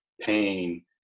pain